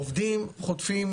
עובדים חוטפים